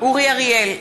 אורי אריאל,